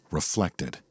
Reflected